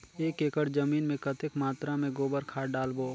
एक एकड़ जमीन मे कतेक मात्रा मे गोबर खाद डालबो?